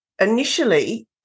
initially